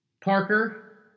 Parker